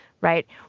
right